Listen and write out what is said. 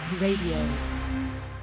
Radio